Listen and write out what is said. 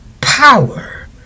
power